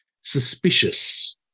suspicious